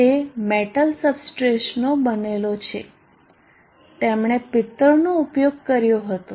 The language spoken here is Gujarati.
તે મેટલ સબસ્ટ્રેટનો બનેલો છે તેમણે પિત્તળનો ઉપયોગ કર્યો હતો